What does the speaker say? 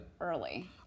early